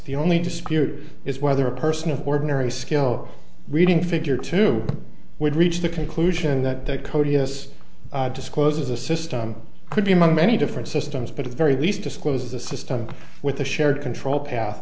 the only dispute is whether a person of ordinary skill reading figure two would reach the conclusion that the code yes discloses a system could be among many different systems but the very least disclose the system with a shared control path